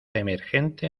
emergente